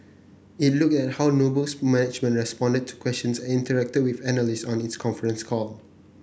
it looked at how Noble's management responded to questions and interacted with analysts on its conference call